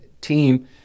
team